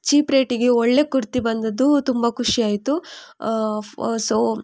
cheap ರೇಟಿಗೆ ಒಳ್ಳೆ ಕುರ್ತಿ ಬಂದದ್ದು ತುಂಬಾ ಖುಷಿಯಾಯಿತು ಸೊ